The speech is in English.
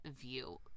view